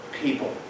people